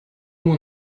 муу